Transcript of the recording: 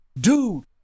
dude